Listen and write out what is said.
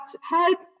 help